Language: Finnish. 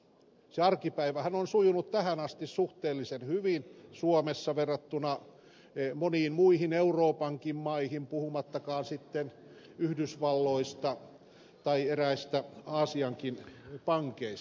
se arkipäivähän on sujunut tähän asti suhteellisen hyvin suomessa verrattuna moniin muihin euroopankin maihin puhumattakaan sitten yhdysvalloista tai eräistä aasiankin pankeista